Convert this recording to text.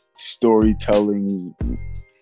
Storytelling